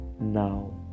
now